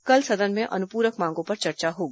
कल सदन में अनुपूरक मांगों पर चर्चा होगी